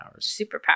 Superpowers